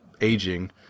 aging